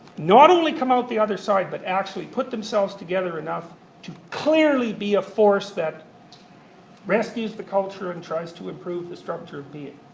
not only come out the other side, but actually put themselves together enough to clearly be a force that rescues the culture and tries to improve the structure of being.